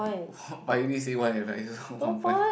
but you already say one advice so one point